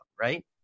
right